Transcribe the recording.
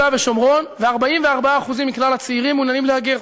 ושומרון ו-44% מכלל הצעירים מעוניינים להגר.